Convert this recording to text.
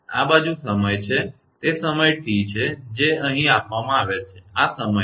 તેથી આ બાજુ સમય છે તે સમય T છે જે તે અહીં આપવામાં આવેલ છે આ સમય છે